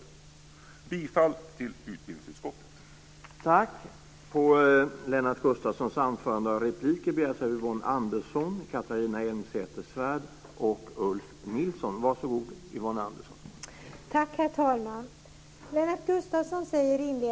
Jag yrkar bifall till förslaget i utbildningsutskottets betänkande.